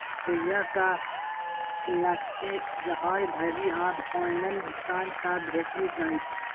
सुईया सँ लकए जहाज धरि आब ऑनलाइन भुगतान सँ भेटि जाइत